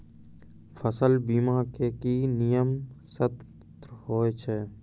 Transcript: फसल बीमा के की नियम सर्त होय छै?